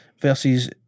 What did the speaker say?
versus